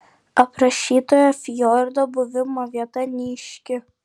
aprašytojo fjordo buvimo vieta neaiški